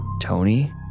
Tony